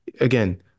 again